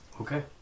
Okay